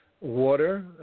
Water